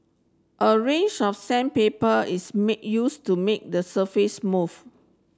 a range of sandpaper is make use to make the surface smooth